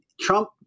Trump